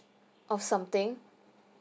of something